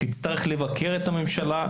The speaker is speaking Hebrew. תצטרך לבקר את הממשלה.